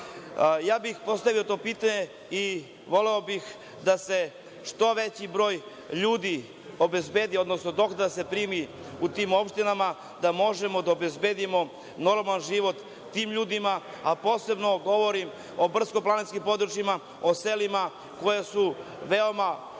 bih postavio to pitanje i voleo bih da se što veći broj ljudi obezbedi, odnosno doktora da se primi u tim opštinama da možemo da obezbedimo normalan život tim ljudima, a posebno govorim o brdsko-planinskim područjima, o selima gde ima veoma